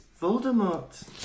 Voldemort